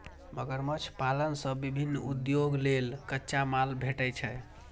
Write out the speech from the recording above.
मगरमच्छ पालन सं विभिन्न उद्योग लेल कच्चा माल भेटै छै